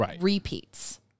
repeats